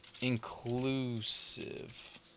inclusive